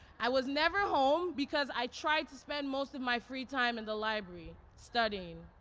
i was never home because i tried to spend most of my free time in the library, studying.